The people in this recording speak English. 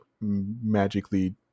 magically